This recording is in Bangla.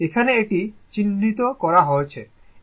এখানে এটি চিহ্নিত করা হয়েছে এবং এটি একটি Vm